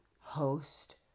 host